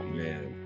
man